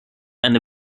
eine